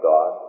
God